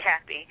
happy